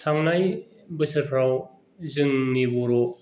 थांनाय बोसोरफ्राव जोंनि बर'